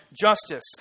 justice